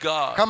God